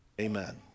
amen